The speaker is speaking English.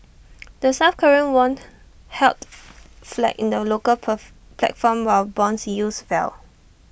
the south Korean won held flat in the local path platform while Bond yields fell